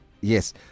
yes